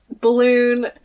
balloon